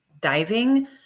diving